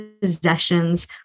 possessions